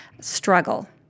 struggle